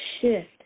shift